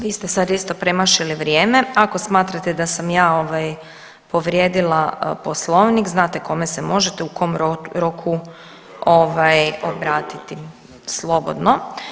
Vi ste sad isto premašili vrijeme, ako smatrate da sam ja, ovaj, povrijedila Poslovnik, znate kome se možete i kom roku ovaj, obratiti. ... [[Upadica se ne čuje.]] Slobodno.